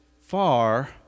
far